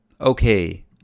Okay